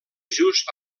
just